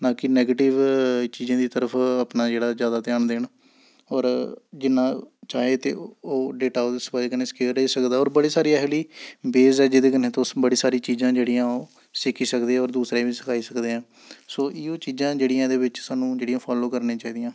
ना कि नैगटिव चीजें दी तरफ अपना जेह्ड़ा जैदा ध्यान देन होर जिन्ना चाहे ते ओह् डेटा ओह्दे स्क कन्नै सक्योर रेही सकदा होर बड़ी सारी ऐहो जेही वेज ऐ जेह्दे कन्नै तुस बड़ी सारी चीजां जेह्ड़ियां ओह् सिक्खी सकदे ओ होर दूसरें ई बी सखाई सकदे आं सो इ'यो चीजां जेह्ड़ियां एह्दे बिच्च सानूं जेह्ड़ियां फालो करनियां चाहि दियां